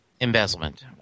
embezzlement